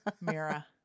Mira